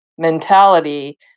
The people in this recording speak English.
mentality